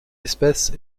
espèce